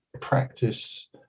practice